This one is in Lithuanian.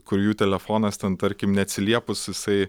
kur jų telefonas ten tarkim neatsiliepus jisai